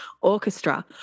orchestra